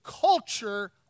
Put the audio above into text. culture